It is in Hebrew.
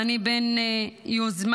שאני בין יוזמיו.